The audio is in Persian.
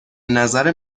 نظر